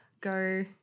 go